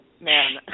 man